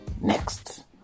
next